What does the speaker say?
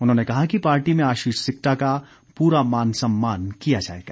उन्होंने कहा कि पार्टी में आशीष सिक्टा का पूरा मान समान किया जाएगा